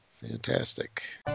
fantastic